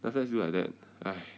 then after that still like that !aiya!